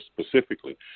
specifically